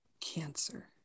cancer